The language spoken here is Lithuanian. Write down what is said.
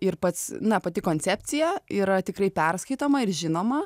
ir pats na pati koncepcija yra tikrai perskaitoma ir žinoma